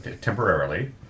temporarily